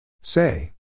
Say